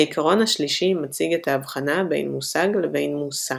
העיקרון השלישי מציג את ההבחנה בין מושג לבין מושא.